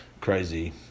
crazy